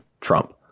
Trump